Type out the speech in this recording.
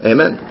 Amen